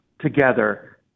together